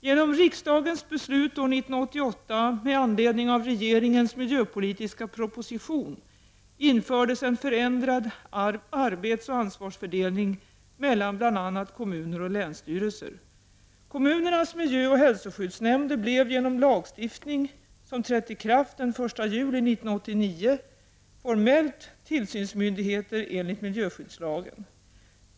Genom riksdagens beslut år 1988 med anledning av regeringens miljöpolitiska proposition infördes en förändrad arbetsoch ansvarsfördelning mellan bl.a. kommuner och länsstyrelser. Kommunernas miljöoch hälsoskyddsnämnder blev genom lagstiftning som trätt i kraft den 1 juli 1989 formellt tillsynsmyndigheter enligt miljöskyddslagen.